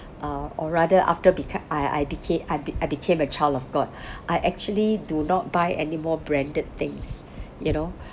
uh or rather after beco~ I I beca~ I be~ I became a child of god I actually do not buy anymore branded things